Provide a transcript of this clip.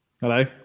Hello